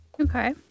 Okay